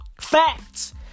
Facts